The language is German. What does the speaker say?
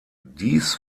dies